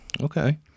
Okay